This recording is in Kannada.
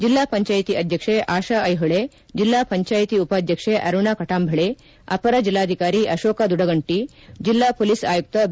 ಜಿಲ್ಲಾ ಪಂಚಾಯಿತಿ ಅಧ್ಯಕ್ಷೆ ಆಶಾ ಐಹೊಳೆ ಜಿಲ್ಲಾ ಪಂಚಾಯಿತಿ ಉಪಾಧ್ಯಕ್ಷೆ ಅರುಣಾ ಕಟಾಂಬಳಿ ಅಪರ ಜಿಲ್ಲಾಧಿಕಾರಿ ಅಶೋಕ ದುಡಗುಂಟಿ ಜಿಲ್ಲಾ ಪೊಲೀಸ್ ಆಯುಕ್ತ ಬಿ